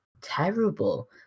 terrible